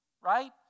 right